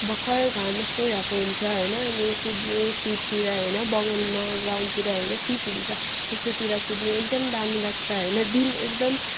भर्खर घाम अस्ताइरहेको हुन्छ होइन अनि कुद्नु शीततिर होइन बगानमा ग्राउन्डतिर होइन शीत हुन्छ त्यस्तोतिर कुद्नु एकदम दामी लाग्छ होइन दिन एकदम